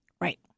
Right